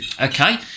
Okay